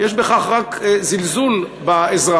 יש בכך רק זלזול באזרח,